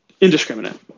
indiscriminate